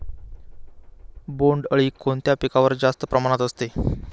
बोंडअळी कोणत्या पिकावर जास्त प्रमाणात असते?